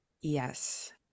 Yes